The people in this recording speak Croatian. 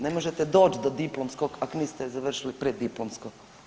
Ne možete doći do diplomskog ak niste završili preddiplomsko.